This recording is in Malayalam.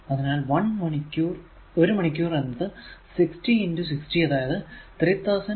അതിനാൽ 1 മണിക്കൂർ എന്നത് 60 60 അതായത് 3600 സെക്കന്റ് ആണ്